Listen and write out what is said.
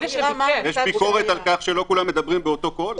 יש ביקורת על כך שלא כולם מדברים באותו קול?